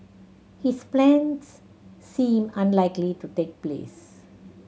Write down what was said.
his plans seem unlikely to take place